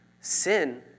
Sin